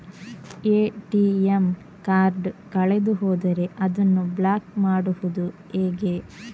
ATM card ಕಳೆದು ಹೋದರೆ ಅದನ್ನು ಬ್ಲಾಕ್ ಮಾಡುವುದು ಹೇಗೆ?